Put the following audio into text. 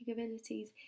abilities